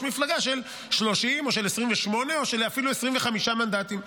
מפלגה של 30 או של 28 או אפילו של 25 מנדטים.